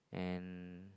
and